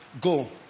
go